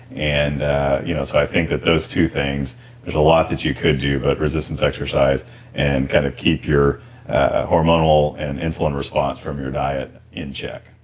and you know so i think that those two things there is a lot that you could do but resistance exercise and kind of keep your hormonal and insulin response from your diet in check